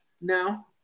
now